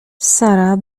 sara